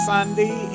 Sunday